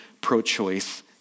pro-choice